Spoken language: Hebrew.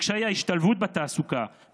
קשיי ההשתלבות בתעסוקה,